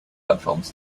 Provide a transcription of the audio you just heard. platforms